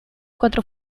cuatro